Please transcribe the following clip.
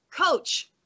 coach